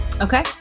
Okay